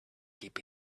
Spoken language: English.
keep